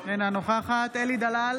אינה נוכחת אלי דלל,